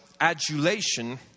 adulation